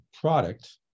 product